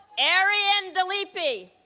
arian dalipi